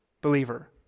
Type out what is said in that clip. believer